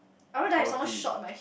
healthy